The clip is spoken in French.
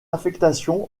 affectation